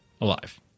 alive